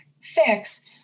fix